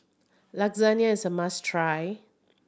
lasagne is a must try